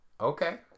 Okay